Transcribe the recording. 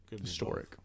historic